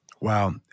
Wow